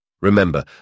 Remember